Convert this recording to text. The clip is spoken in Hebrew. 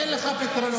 אין לך פתרונות.